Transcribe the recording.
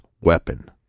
weapon